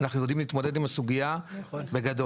אנחנו יודעים להתמודד עם הסוגיה בגדול.